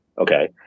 okay